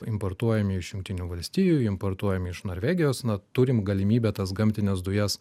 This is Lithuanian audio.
importuojame iš jungtinių valstijų importuojame iš norvegijos na turim galimybę tas gamtines dujas